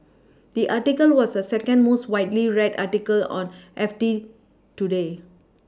the article was a second most widely read article on F T today